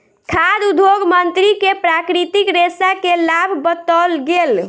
खाद्य उद्योग मंत्री के प्राकृतिक रेशा के लाभ बतौल गेल